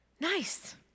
nice